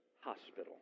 hospital